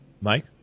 Mike